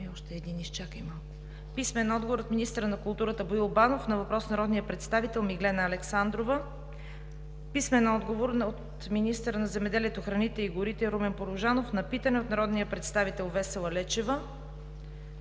Александрова; - министъра на културата Боил Банов на въпрос от народния представител Миглена Александрова; - министъра на земеделието, храните и горите Румен Порожанов на питане от народния представител Весела Лечева;